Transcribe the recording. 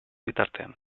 bitartean